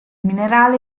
minerale